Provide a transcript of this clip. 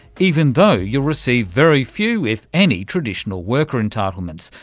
even though you'll receive very few, if any, traditional worker entitlements,